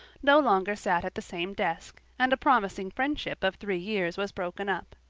no longer sat at the same desk, and a promising friendship of three years was broken up.